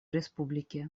республики